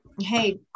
hey